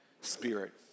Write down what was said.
spirit